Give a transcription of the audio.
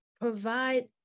provide